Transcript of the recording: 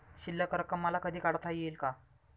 शिल्लक रक्कम मला कधी काढता येईल का?